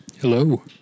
Hello